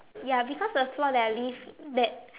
ya because the floor that I live that